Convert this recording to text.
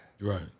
Right